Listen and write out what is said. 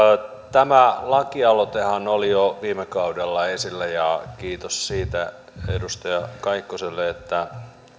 tämä lakialoitehan oli jo viime kaudella esillä ja kiitos edustaja kaikkoselle siitä että